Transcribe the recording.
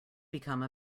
become